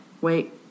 Wait